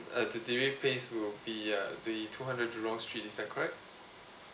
uh the delivery place will be uh the two hundred jurong street is that correct